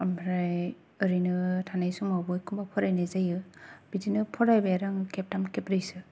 ओमफ्राय ओरैनो थानाय समावबो बयखौबो फरायनाय जायो बिदिनो फरायबाय आरो आं खेबथाम खेब्रैसो